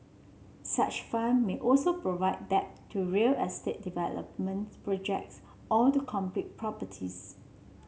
such fund may also provide debt to real estate development projects or to completed properties